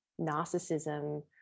narcissism